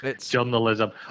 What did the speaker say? Journalism